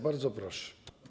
Bardzo proszę.